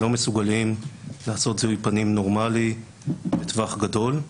לא מסוגלים לעשות זיהוי פנים נורמלי בטווח גדול.